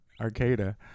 Arcada